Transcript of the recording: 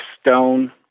stone